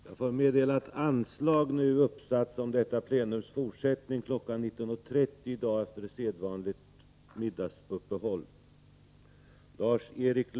Jag får meddela att anslag nu uppsatts om detta plenums fortsättning kl. 19.30 efter sedvanligt middagsuppehåll.